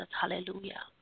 Hallelujah